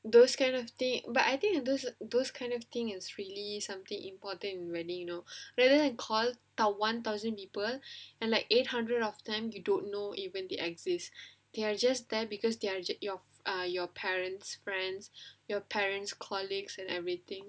those kind of thing but I think those those kind of thing is really something important in wedding you know rather than call the one thousand people and like eight hundred of them you don't know even they exist they are just there because they're are your uh your parents friends your parents colleagues and everything